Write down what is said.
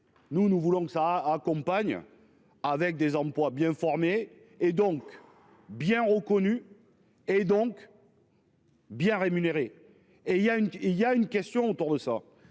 Nous, nous voulons que ça accompagne. Avec des employes bien formés et donc bien reconnu et donc. Bien rémunérés et il y a une il y a une question autour de ça